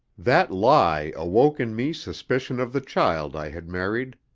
that lie awoke in me suspicion of the child i had married.